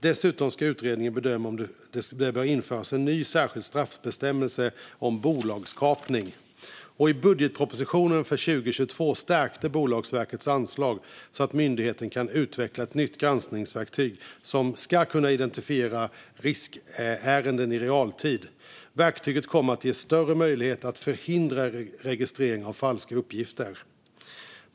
Dessutom ska utredningen bedöma om det bör införas en ny särskild straffbestämmelse om bolagskapning. I budgetpropositionen för 2022 stärktes Bolagsverkets anslag så att myndigheten kan utveckla ett nytt granskningsverktyg som ska kunna identifiera riskärenden i realtid. Verktyget kommer att ge större möjligheter att hindra registrering av falska uppgifter.